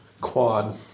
Quad